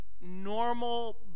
normal